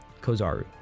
Kozaru